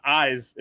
eyes